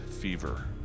fever